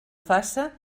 faça